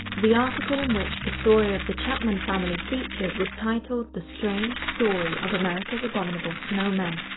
the article in which the story of the chapman family featured was titled, the strange story of america's abominable snowmen.